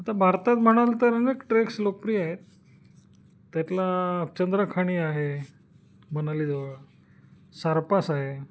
आता भारतात म्हणाल तर अनेक ट्रेक्स लोकप्रिय आहेत त्यातला चंद्रखाणी आहे मनालीजवळ सारपास आहे